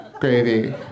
gravy